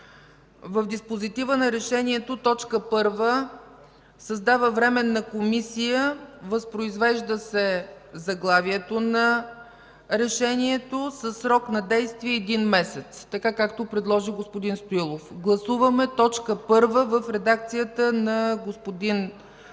Диспозитивът на Решението, т. 1 – „Създава Временна комисия”, възпроизвежда се заглавието на Решението, „със срок на действие един месец”, така както предложи господин Стоилов. Гласуваме т. 1 в редакцията на господин Стоилов,